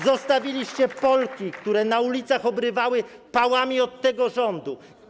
Zostawiliście Polki, które na ulicach obrywały pałami od tego rządu.